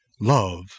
love